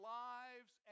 lives